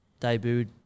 debuted